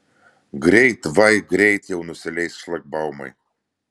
greit vai greit jau nusileis šlagbaumai